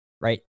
right